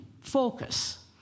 focus